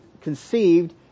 conceived